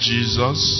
Jesus